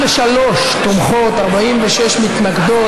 33 תומכות, 46 מתנגדות.